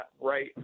right